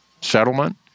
settlement